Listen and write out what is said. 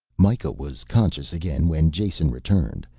mikah was conscious again when jason returned,